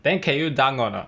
then can you dunk or not